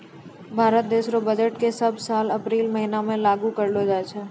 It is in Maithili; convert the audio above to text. भारत देश रो बजट के सब साल अप्रील के महीना मे लागू करलो जाय छै